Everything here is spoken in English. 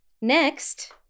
Next